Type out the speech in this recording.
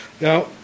now